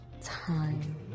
Time